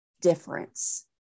difference